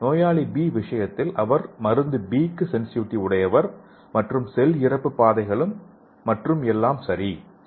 நோயாளி பி விஷயத்தில் அவர் மருந்து பி க்கு சென்சிட்டிவிட்டி உடையவர் மற்றும் செல் இறப்பு பாதைகளும் மற்றும் எல்லாம் சரியாக இருக்கிறது